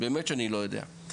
באמת שאני לא יודע.